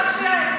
הוא יצא רגע.